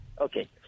Okay